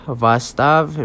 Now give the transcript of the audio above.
vastav